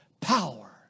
power